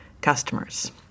customers